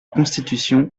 constitution